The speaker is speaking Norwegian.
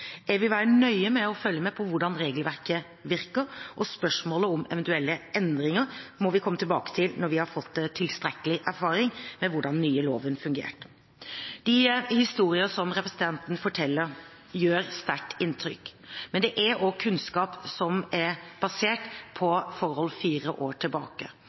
Jeg vil nøye følge med på hvordan det nye regelverket virker. Spørsmålet om eventuelle endringer må vi komme tilbake til når vi har fått tilstrekkelig erfaring med hvordan den nye loven har fungert. De historier som representanten forteller, gjør sterkt inntrykk, men det er også kunnskap som er basert på forhold som ligger fire år tilbake